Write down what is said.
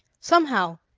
somehow,